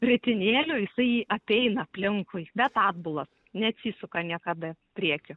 ritinėliu jisai jį apeina aplinkui bet atbulas neatsisuka niekada priekiu